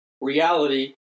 reality